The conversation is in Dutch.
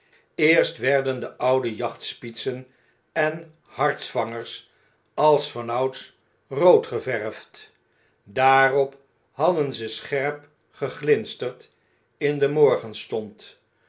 eerst werden deoudejachtspietsen en hartsvangers als vanouds rood geverfd daarop hadden ze scherp geglinsterd in den morgenstond